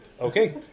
Okay